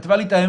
למה היא יוצאת?